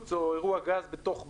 פיצוץ או אירוע גז בתוך בית,